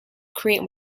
create